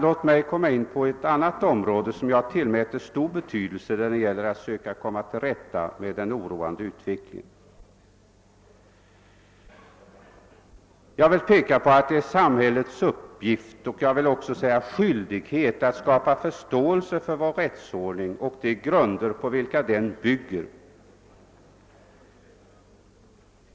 Låt mig komma in på ett annat område, som jag tillmäter stor betydelse när det gäller att försöka komma till rätta med den oroande brottsutvecklingen. Det är samhällets uppgift och jag vill också säga skyldighet att skapa förståelse för vår rättsordning och de grunder på vilka den vilar.